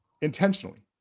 intentionally